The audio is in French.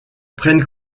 prennent